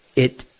it,